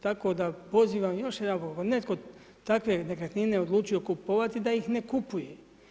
Tako da pozivam još jedanput ako je neko takve nekretnine odlučio kupovati da ih ne kupuje.